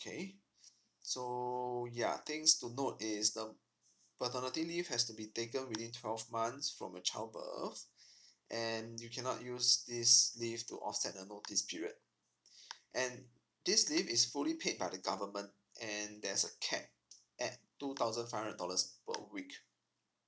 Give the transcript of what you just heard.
okay so ya things to note is the maternity leave has to be taken within twelve months from the childbirth and you cannot use this leave to offset a notice period and this leave if fully paid by the government and this leave is uh cap at two thousand five hundred dollars per week